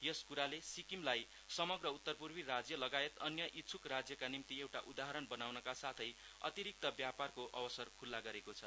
यस कुराले सिक्किमलाई समग्र उत्तरपूर्वी राज्य लगायत अन्य इच्छुक राज्यका निम्ति एउटा उदाहरण बनाउनका अतिरिक्त व्यापारको अवसर खुल्ला गरेको छ